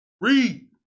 Read